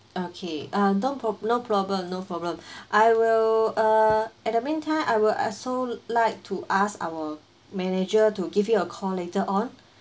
okay ah don't pro~ no problem no problem I will uh at the meantime I would also like to ask our manager to give you a call later on